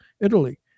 italy